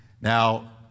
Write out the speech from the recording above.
Now